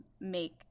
make